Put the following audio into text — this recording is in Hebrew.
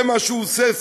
זה מה שהוא עושה",